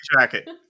jacket